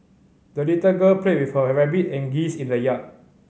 the little girl played with her rabbit and geese in the yard